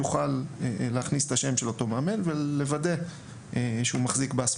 יוכל להכניס את השם של אותו המאמן ולוודא שהוא מחזיק בה.